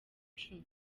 cumi